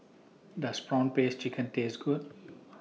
Does Prawn Paste Chicken Taste Good